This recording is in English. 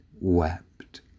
wept